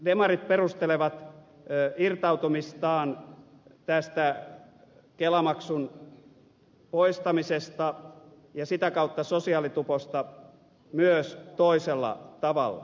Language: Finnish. demarit perustelevat irtautumistaan tästä kelamaksun poistamisesta ja sitä kautta sosiaalituposta myös toisella tavalla